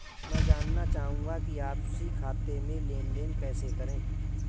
मैं जानना चाहूँगा कि आपसी खाते में लेनदेन कैसे करें?